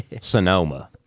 Sonoma